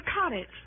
cottage